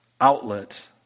outlet